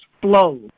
flow